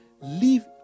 leave